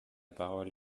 parole